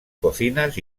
cocinas